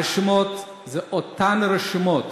הרשימות הן אותן רשימות